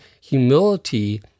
Humility